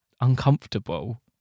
uncomfortable